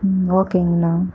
ம் ஓகேங்கண்ணா